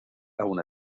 aun